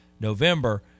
November